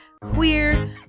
queer